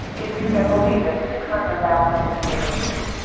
if you can believe it, six hundred thousand is the abatement.